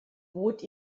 bot